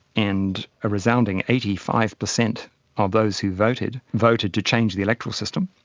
and a resounding eighty five percent of those who voted, voted to change the electoral system.